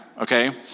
Okay